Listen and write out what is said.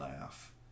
laugh